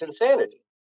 insanity